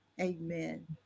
amen